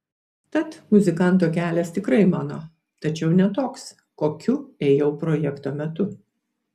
tad muzikanto kelias tikrai mano tačiau ne toks kokiu ėjau projekto metu